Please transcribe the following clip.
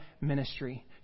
ministry